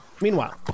Meanwhile